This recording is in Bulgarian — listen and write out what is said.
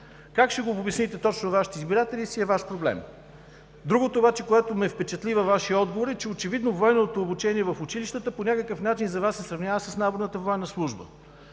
Как ще го обясните точно на Вашите избиратели, си е Ваш проблем. Другото обаче, което ме впечатли във Вашия отговор, е, че очевидно военното обучение в училищата по някакъв начин за Вас се сравнява с наборната военна служба.